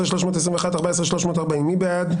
14,181 עד 14,200, מי בעד?